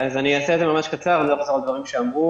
אעשה זאת ממש קצר, לא אחזור על דברים שנאמרו.